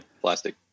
plastic